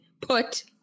put